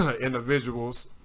individuals